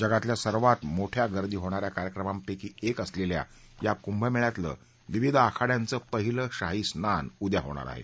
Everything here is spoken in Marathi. जगातल्या सर्वात मोठ्या गर्दी होणा या कार्यक्रमापैकी के असलेल्या या कुंभमेळ्यातलं विविध आखाड्याचं पहिलं शाही स्नान उद्या होणार आहे